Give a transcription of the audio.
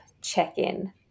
check-in